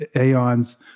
aeons